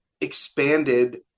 expanded